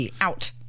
out